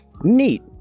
Neat